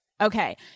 Okay